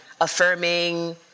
affirming